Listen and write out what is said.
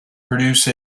produce